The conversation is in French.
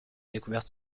découverte